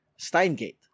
Steingate